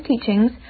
teachings